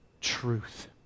truth